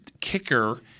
kicker